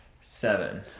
Seven